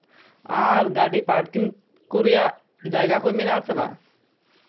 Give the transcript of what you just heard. ᱟᱨ ᱜᱟᱹᱰᱤ ᱯᱟᱨᱠᱤᱝ ᱠᱚ ᱨᱮᱭᱟᱜ ᱡᱟᱭᱜᱟ ᱠᱚ ᱢᱮᱱᱟᱜ ᱟᱥᱮ ᱵᱟᱝ